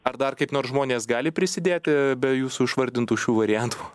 ar dar kaip nors žmonės gali prisidėti be jūsų išvardintų šių variantų